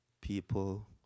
people